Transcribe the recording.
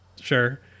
Sure